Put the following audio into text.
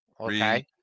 Okay